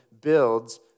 builds